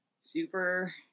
super